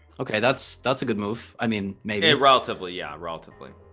okay that's that's a good move i mean maybe relatively yeah relatively